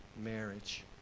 marriage